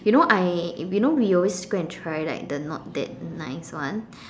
you know I you know always go and try like the not that nice one